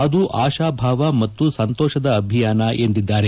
ಅದು ಆಶಾಭಾವ ಮತ್ತು ಸಂತೋಷದ ಅಭಿಯಾನ ಎಂದಿದ್ದಾರೆ